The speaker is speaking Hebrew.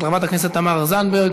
של חברת הכנסת תמר זנדברג.